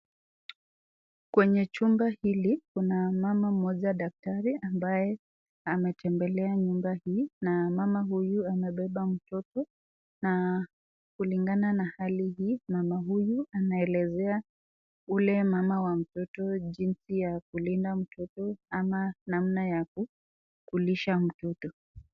Kwenye chumba hili kuna mama mmoja daktari ambaye ametembelea nyumba hii na mama huyu amebeba mtoto na kulingana na hali hii mama huyu anaelezea ule mama wa mtoto jinsi ya kulinda mtoto ama namna ya kulisha mtoto.